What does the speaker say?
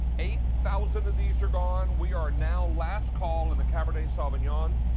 eight thousand of these are gone. we are now last call in the cabernet savignon.